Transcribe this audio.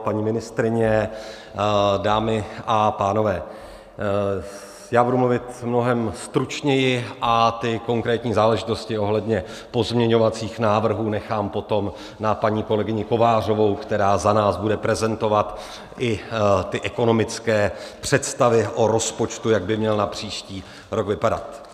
Paní ministryně, dámy a pánové, já budu mluvit mnohem stručněji a ty konkrétní záležitosti ohledně pozměňovacích návrhů nechám potom na paní kolegyni Kovářovou, která za nás bude prezentovat i ty ekonomické představy o rozpočtu, jak by měl na příští rok vypadat.